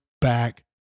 back